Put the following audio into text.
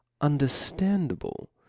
understandable